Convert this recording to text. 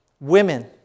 Women